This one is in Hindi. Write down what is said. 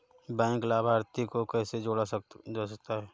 बैंक लाभार्थी को कैसे जोड़ा जा सकता है?